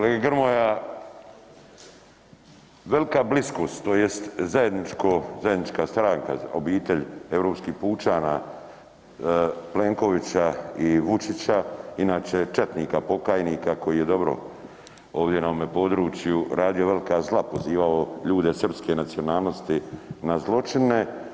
Kolega Grmoja, velika bliskost, tj. zajednička stranka obitelji Europskih pučana, Plenkovića i Vučića, inače četnika pokajnika koji je dobro ovdje na ovome području radio velika zla, pozivao ljude srpske nacionalnosti na zločine.